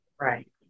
Right